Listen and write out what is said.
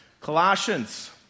Colossians